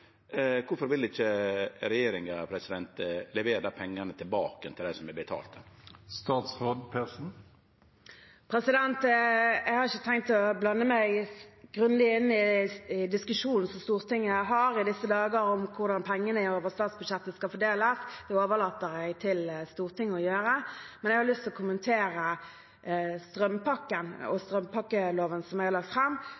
som har betalt dei inn? Jeg har ikke tenkt å blande meg veldig inn i den diskusjonen Stortinget har i disse dager om hvordan pengene som kommer over statsbudsjettet, skal fordeles. Det overlater jeg til Stortinget å gjøre. Men jeg har lyst å kommentere strømpakken og